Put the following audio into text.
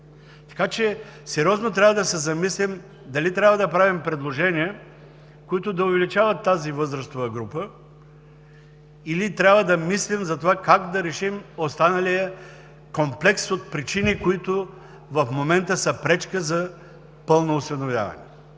Така че сериозно трябва да се замислим дали трябва да правим предложения, които да увеличават тази възрастова група, или трябва да мислим за това как да решим останалия комплекс от причини, които в момента са пречка за пълно осиновяване.